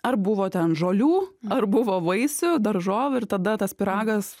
ar buvo ten žolių ar buvo vaisių daržovių ir tada tas pyragas